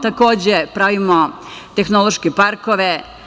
Takođe, pravimo tehnološke parkove.